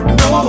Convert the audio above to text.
no